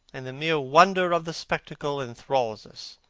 and the mere wonder of the spectacle enthralls us.